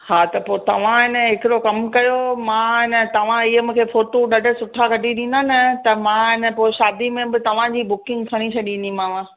हा त पोइ तव्हां अन हिकिड़ो कमु कयो मां अन तव्हां इहे मूंखे फ़ोटू ॾाढा सुठा कढी ॾींदा न त मां अन पोइ शादी में ब तव्हांजी बुकिंग खणी छॾींदीमांव